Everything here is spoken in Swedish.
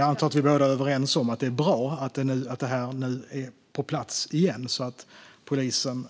Jag antar att vi båda är överens om att det är bra att detta nu är på plats igen, så att polisen